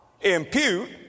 impute